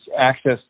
access